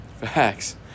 Facts